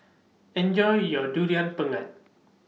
Enjoy your Durian Pengat